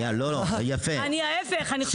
להיפך,